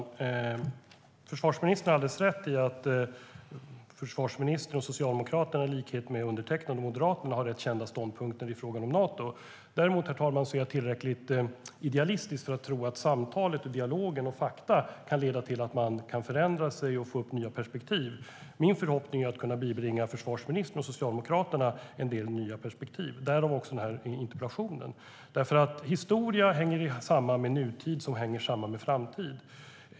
Herr talman! Försvarsministern har alldeles rätt i att försvarsministern och Socialdemokraterna i likhet med undertecknad och Moderaterna har rätt kända ståndpunkter i frågan om Nato. Däremot, herr talman, är jag tillräckligt idealistisk för att tro att samtalet, dialogen och fakta kan leda till att man kan förändra sig och få upp nya perspektiv. Min förhoppning är att kunna bibringa försvarsministern och Socialdemokraterna en del nya perspektiv - därav också interpellationen. Historia hänger samman med nutid, som hänger samman med framtid.